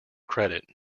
credit